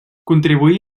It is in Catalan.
contribuí